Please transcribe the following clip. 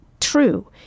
true